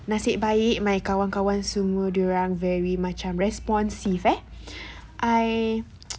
nasib baik my kawan-kawan semua dia orang very macam responsive eh I